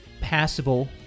passable